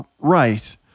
Right